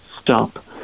stop